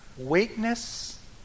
weakness